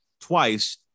twice